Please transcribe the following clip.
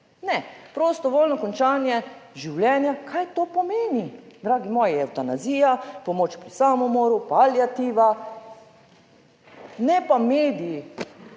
Ne. Prostovoljno končanje življenja, kaj to pomeni, dragi moji, evtanazija, pomoč pri samomoru, paliativa, ne pa mediji.